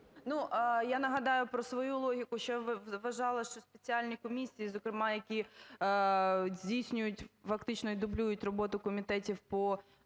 я нагадаю про свою логіку, що я вважала, що спеціальні комісії, зокрема, які здійснюють фактично і дублюють роботу комітетів по роботі